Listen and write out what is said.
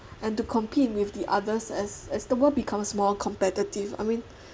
and to compete with the others as as the world becomes more competitive I mean